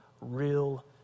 real